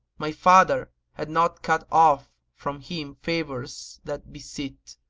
my father had not cut off from him favours that besit,